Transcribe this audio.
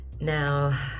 Now